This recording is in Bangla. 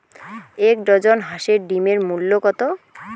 এক ডজন হাঁসের ডিমের মূল্য কত?